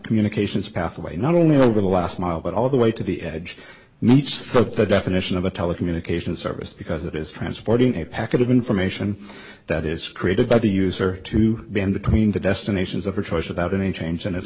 communications pathway not only over the last mile but all the way to the edge meets the definition of a telecommunications service because it is transporting a packet of information that is created by the user to be in between the destinations of her choice without any change in